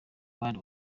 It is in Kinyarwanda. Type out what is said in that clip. bari